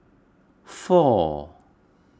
four